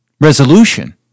resolution